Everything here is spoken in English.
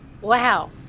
Wow